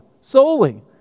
Solely